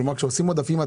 כשעושים עודפים,